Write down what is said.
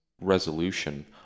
resolution